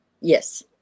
Yes